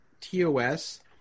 TOS